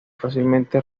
fácilmente